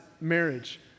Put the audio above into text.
marriage